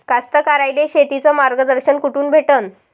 कास्तकाराइले शेतीचं मार्गदर्शन कुठून भेटन?